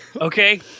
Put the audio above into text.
okay